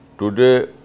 Today